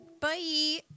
Bye